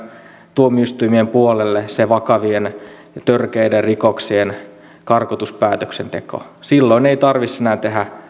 tuomioistuimien puolelle se vakavien ja törkeiden rikoksien karkotuspäätöksenteko silloin ei tarvitsisi enää tehdä